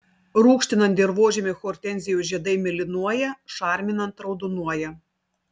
rūgštinant dirvožemį hortenzijų žiedai mėlynuoja šarminant raudonuoja